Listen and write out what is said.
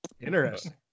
Interesting